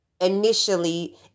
initially